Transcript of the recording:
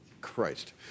Christ